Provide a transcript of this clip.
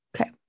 Okay